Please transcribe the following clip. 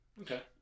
Okay